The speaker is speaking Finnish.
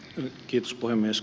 kiitos puhemies